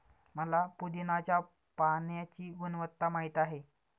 मला पुदीन्याच्या पाण्याची गुणवत्ता माहित आहे